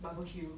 barbecue